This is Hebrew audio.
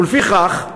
ולפיכך,